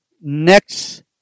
next